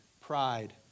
pride